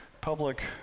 public